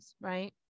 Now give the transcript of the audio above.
Right